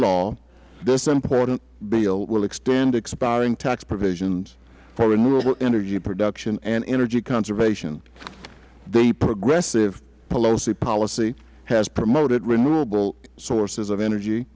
law this important bill will extend expiring tax provisions for renewable energy production and energy conservation the progressive pelosi policy has promoted renewable sources of energy